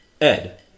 Ed